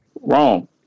Wrong